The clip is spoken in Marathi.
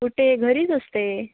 कुठे घरीच असते